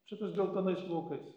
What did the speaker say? čia tas geltonais plaukais